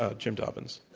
ah jim dobbins?